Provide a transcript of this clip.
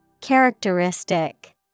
Characteristic